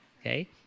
okay